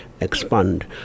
expand